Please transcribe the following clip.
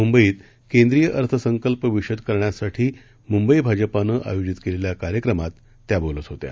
मुंबईत केंद्रीय अर्थसंकल्प विषद करण्यासाठी मुंबई भाजपानं आयोजित केलेल्या कार्यक्रमात त्या बोलत होत्या